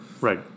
Right